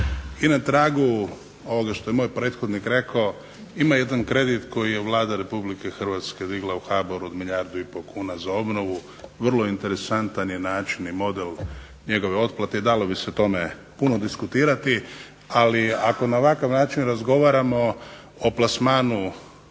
I na tragu ovoga što je moj prethodnik rekao ima jedan kredit koji je Vlada Republike Hrvatske digla u HBOR-u od milijardu i pol kuna za obnovu. Vrlo interesantan je način i model njegove otplate i dalo bi se o tome puno diskutirati. Ali, ako na ovakav način razgovaramo o plasmanu